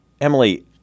Emily